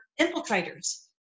infiltrators